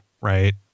right